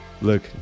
Look